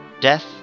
death